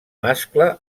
mascle